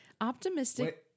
Optimistic